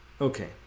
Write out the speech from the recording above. Okay